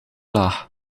lach